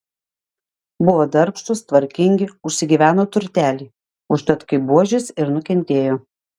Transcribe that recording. buvo darbštūs tvarkingi užsigyveno turtelį užtat kaip buožės ir nukentėjo